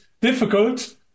difficult